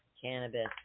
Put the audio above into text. cannabis